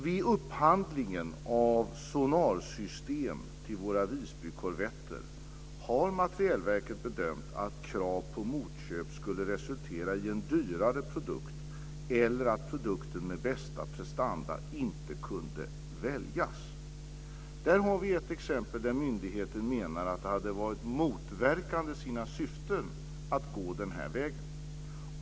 Vid upphandlingen av sonarsystem till våra Visbykorvetter har Materielverket bedömt att krav på motköp skulle resultera i en dyrare produkt eller att produkten med bäst prestanda inte kunde väljas. Där har vi ett exempel där myndigheten menar att det hade varit motverkande sina syften att gå den vägen.